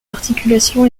articulation